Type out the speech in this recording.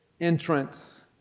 entrance